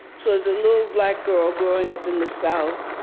so as a little black girl growing up in the south,